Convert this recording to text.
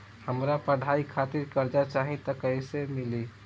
हमरा पढ़ाई खातिर कर्जा चाही त कैसे मिली?